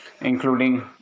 including